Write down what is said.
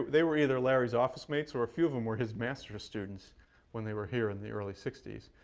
they were either larry's office mates or a few of them were his master's students when they were here in the early sixty s.